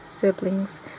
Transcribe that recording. siblings